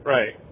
Right